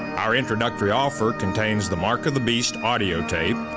our introductory offer contains the mark of the beast audio tape,